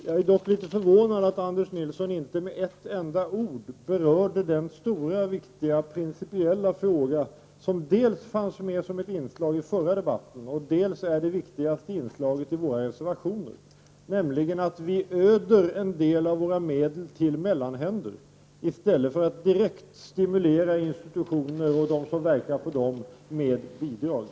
Jag är dock mycket förvånad över att Anders Nilsson inte med ett enda ord berörde den stora och viktiga principiella fråga som dels fanns med som ett inslag i den förra debatten, dels är det viktigaste i våra reservationer, nämligen det faktum att vi öder en del av våra medel på mellanhänder i stället för att direkt stimulera institutioner och dem som verkar på dem med bidrag.